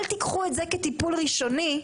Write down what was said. אל תיקחו את זה כטיפול ראשוני,